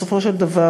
בסופו של דבר,